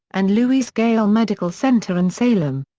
and lewis-gale ah medical center in salem.